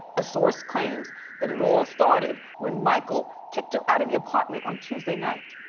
a source claims that it all started when michael kicked her out of the apartment on tuesday night.